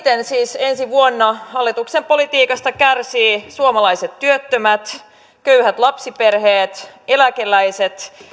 eniten siis ensi vuonna hallituksen politiikasta kärsivät suomalaiset työttömät köyhät lapsiperheet eläkeläiset